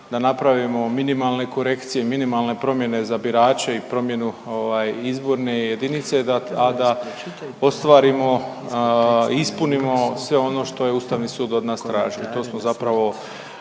da napravimo minimalne korekcije, minimalne promjene za birače i promjenu ovaj, izborne jedinice, a da ostvarimo, ispunimo sve ono što je Ustavni sud od nas tražio